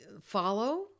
follow